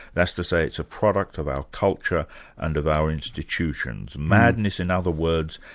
that's to say it's a product of our culture and of our institutions. madness, in other words,